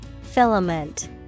Filament